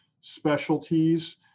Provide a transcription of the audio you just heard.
specialties